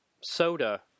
soda